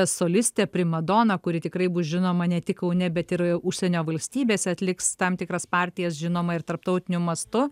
solistę primadoną kuri tikrai bus žinoma ne tik kaune bet ir užsienio valstybėse atliks tam tikras partijas žinoma ir tarptautiniu mastu